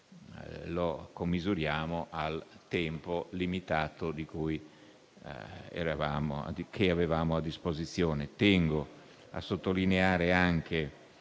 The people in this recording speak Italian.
lo commisuriamo al tempo limitato che avevamo a disposizione. Tengo a sottolineare anche